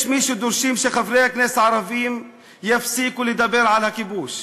יש מי שדורשים שחברי הכנסת הערבים יפסיקו לדבר על הכיבוש.